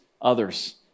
others